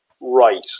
right